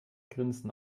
grinsen